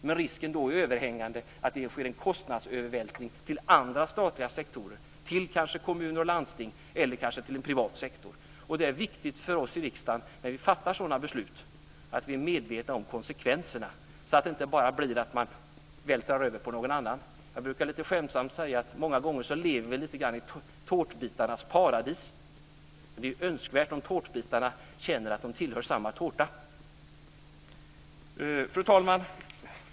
Men risken är då överhängande att det sker en kostnadsövervältring till andra statliga sektorer, kanske till kommuner och landsting eller till en privat sektor. Det är viktigt att vi i riksdagen när vi fattar sådana beslut är medvetna om konsekvenserna så att det inte bara blir att man vältrar över det på någon annan. Jag brukar lite skämtsamt säga att vi många gånger lever lite grann i tårtbitarnas paradis. Men det är önskvärt att tårtbitarna känner att de tillhör samma tårta. Fru talman!